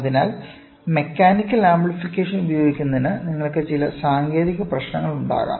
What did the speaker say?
അതിനാൽ mechanical amplification ഉപയോഗിക്കുന്നതിന് നിങ്ങൾക്ക് ചില സാങ്കേതിക പ്രശ്നങ്ങൾ ഉണ്ടാകാം